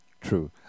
true